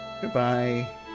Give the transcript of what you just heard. goodbye